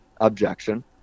objection